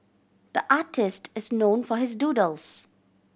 the artist is known for his doodles